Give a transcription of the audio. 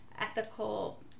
ethical